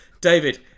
David